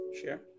Share